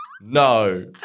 No